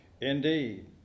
Indeed